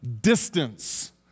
distance